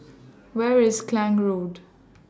Where IS Klang Road